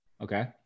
Okay